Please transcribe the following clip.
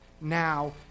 now